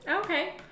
Okay